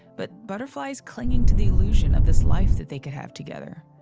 but butterflies clinging to the illusion of this life that they could have together.